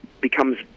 becomes